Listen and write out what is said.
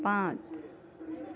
पांच